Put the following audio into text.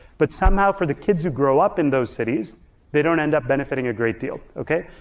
but somehow for the kids who grow up in those cities they don't end up benefiting a great deal, okay?